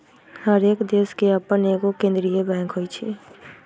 हरेक देश के अप्पन एगो केंद्रीय बैंक होइ छइ